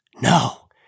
No